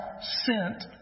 sent